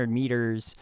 meters